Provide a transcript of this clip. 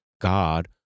God